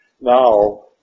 now